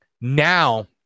now